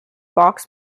vox